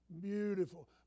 beautiful